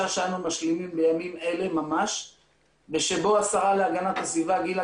שאנו משלימים בימים אלה ושבו השרה להגנת הסביבה גילה